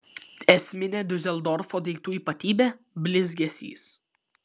esminė diuseldorfo daiktų ypatybė blizgesys